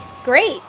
Great